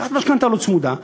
לקחת משכנתה לא צמודה,